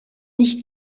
nicht